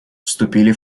вступили